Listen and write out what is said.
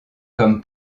comme